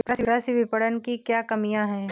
कृषि विपणन की क्या कमियाँ हैं?